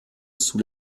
sous